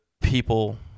people